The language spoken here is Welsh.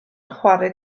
chwarae